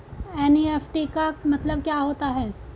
NEFT का मतलब क्या होता है?